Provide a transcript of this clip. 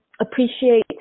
Appreciate